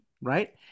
right